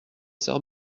sœur